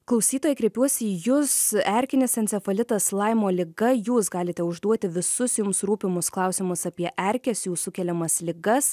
klausytojai kreipiuosi į jus erkinis encefalitas laimo liga jūs galite užduoti visus jums rūpimus klausimus apie erkes jų sukeliamas ligas